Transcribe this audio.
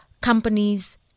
companies